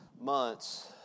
months